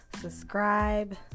subscribe